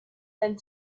and